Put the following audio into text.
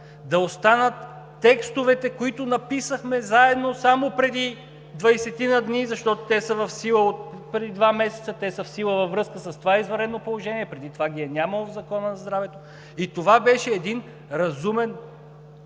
да останат текстовете, които написахме заедно само преди 20-ина дни, защото те са в сила отпреди два месеца, те са в сила във връзка с това извънредно положение, преди това ги е нямало в Закона за здравето и това беше един разумен